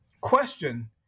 question